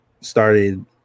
started